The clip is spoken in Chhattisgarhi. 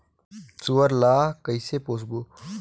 सुअर ला कइसे पोसबो?